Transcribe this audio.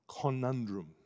Conundrum